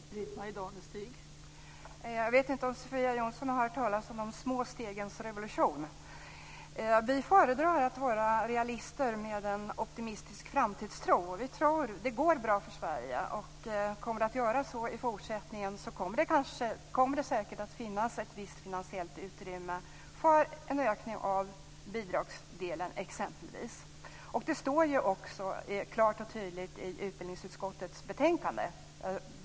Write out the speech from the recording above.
Fru talman! Jag vet inte om Sofia Jonsson har hört talas om de små stegens revolution. Vi föredrar att vara realister med en optimistisk framtidstro. Det går bra för Sverige. Om det gör det också i fortsättningen kommer det säkert att finnas ett visst finansiellt utrymme för en ökning av bidragsdelen exempelvis. Det står klart och tydligt om detta i utbildningsutskottets betänkande.